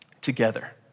together